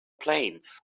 planes